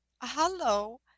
Hello